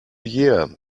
year